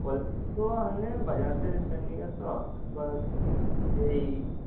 college ᱫᱚ ᱦᱟᱱᱮ ᱵᱟᱡᱟᱨ ᱥᱮᱫ ᱥᱮᱱ ᱦᱩᱭᱩᱜ ᱟ ᱛᱚ ᱟᱵᱟᱨ ᱮᱭ